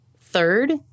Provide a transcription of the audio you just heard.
Third